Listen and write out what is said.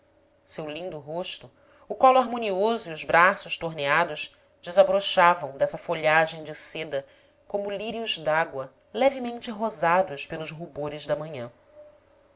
seu lindo rosto o colo harmonioso e os braços torneados desabrochavam dessa folhagem de seda como lírios dágua levemente rosados pelos rubores da manhã